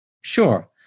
Sure